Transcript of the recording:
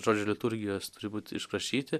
žodžio liturgijos turi būt išprašyti